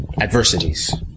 adversities